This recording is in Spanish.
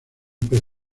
pez